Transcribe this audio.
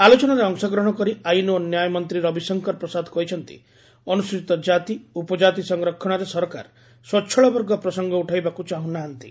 ଆଲୋଚନାରେ ଅଂଶଗ୍ରହଣ କରି ଆଇନ୍ ଓ ନ୍ୟାୟ ମନ୍ତ୍ରୀ ରବିଶଙ୍କର ପ୍ରସାଦ କହିଛନ୍ତି ଅନୁସ୍ତଚୀତ କାତି ଉପଜାତି ସଂରକ୍ଷଣରେ ସରକାର ସ୍ୱଚ୍ଚଳବର୍ଗ ପ୍ରସଙ୍ଗ ଉଠାଇବାକୁ ଚାହୁଁନାହାନ୍ତି